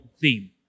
theme